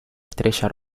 estrella